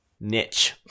Niche